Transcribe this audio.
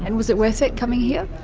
and was it worth it, coming here?